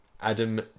Adam